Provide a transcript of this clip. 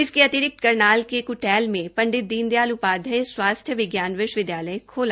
इसके अतिरिक्त करनाल के क्टैल में पंडित दीनदयाल उपाध्याय स्वास्थ्य विज्ञान विश्वविद्यालय खाला जा रहा है